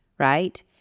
Right